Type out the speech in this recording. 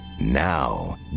Now